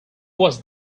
was